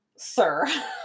Sir